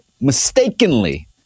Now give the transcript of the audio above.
mistakenly